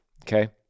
Okay